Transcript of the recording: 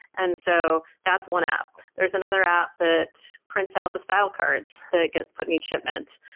and so that's one app. there's another app that prints out the style cards that gets put in each shipment.